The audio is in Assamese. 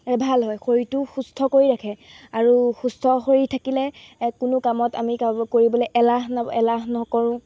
ভাল হয় শৰীৰটো সুস্থ কৰি ৰাখে আৰু সুস্থ শৰীৰ থাকিলে কোনো কামত আমি কৰিবলৈ এলাহ এলাহ নকৰোঁ